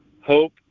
Hope